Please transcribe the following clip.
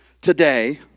today